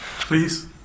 Please